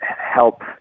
help